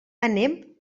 anem